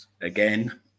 again